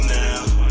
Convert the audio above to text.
now